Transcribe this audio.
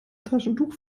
taschentuch